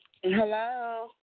Hello